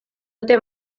dute